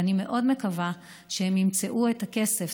ואני מאוד מקווה שהם ימצאו את הכסף.